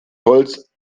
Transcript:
holz